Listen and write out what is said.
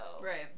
Right